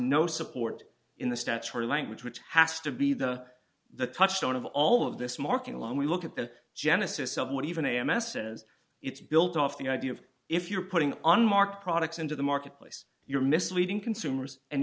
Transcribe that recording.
no support in the statutory language which has to be the the touchstone of all of this marking along we look at the genesis of what even a m s s it's built off the idea of if you're putting unmarked products into the marketplace you're misleading consumers and